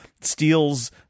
steals